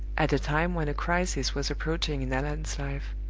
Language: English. at a time when a crisis was approaching in allan's life.